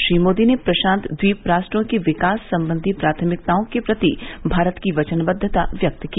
श्री मोदी ने प्रशान्त द्वीप राष्ट्रों की विकास सम्बंधी प्राथमिकताओं के प्रति भारत की वचनबद्वता व्यक्त की